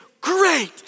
Great